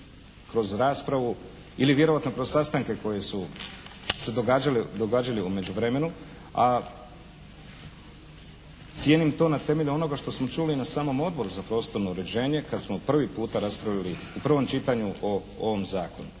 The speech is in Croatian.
kroz raspravu ili vjerojatno kroz sastanke koji su se događali u međuvremenu a cijenim to na temelju onoga što smo čuli i na samom Odboru za prostorno uređenje kad smo prvi puta raspravili u prvom čitanju o ovom zakonu.